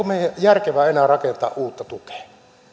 meidän järkevää enää rakentaa uutta tukea